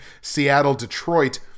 Seattle-Detroit